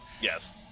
Yes